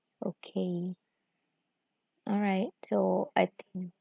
okay alright so I mm